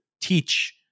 teach